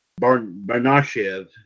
Barnashev